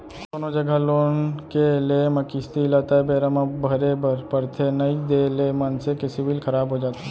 कोनो जघा लोन के लेए म किस्ती ल तय बेरा म भरे बर परथे नइ देय ले मनसे के सिविल खराब हो जाथे